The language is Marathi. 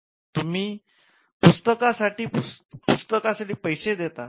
तुम्ही पुस्तकासाठी पैसे देतात